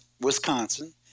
Wisconsin